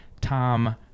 Tom